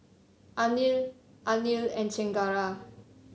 Anil Anil and Chengara